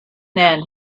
then